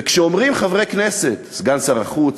וכשאומרים חברי כנסת, סגן שר החוץ,